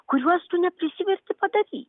kuriuos tu neprisiverti padaryt